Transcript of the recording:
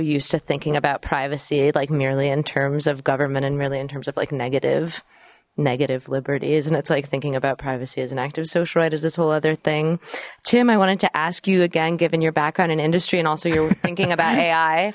used to thinking about privacy like merely in terms of government and really in terms of like negative negative liberties and it's like thinking about privacy as an active social right is this whole other thing tim i wanted to ask you again given your background in industry and also you're thinking